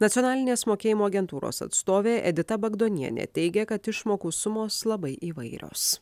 nacionalinės mokėjimo agentūros atstovė edita bagdonienė teigia kad išmokų sumos labai įvairios